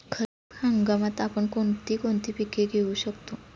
खरीप हंगामात आपण कोणती कोणती पीक घेऊ शकतो?